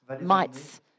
mites